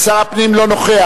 ושר הפנים אינו נוכח.